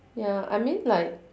ya I mean like